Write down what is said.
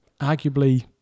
arguably